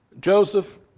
Joseph